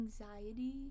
anxiety